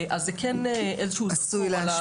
אז זה כן איזשהו אזכור על הנסיבות.